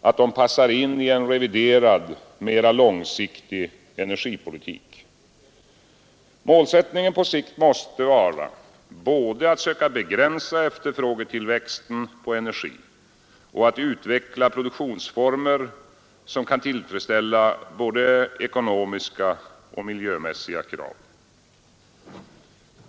att de passar in i en reviderad, mera långsiktig energipolitik. Målsättningen på sikt måste vara både att söka begränsa efterfrågetillväxten på energi och att utveckla produktionsformer, som kan tillfredsställa både ekonomiska och miljömässiga krav.